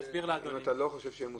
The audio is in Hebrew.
אם אתה לא חושב שהם מוסמכים,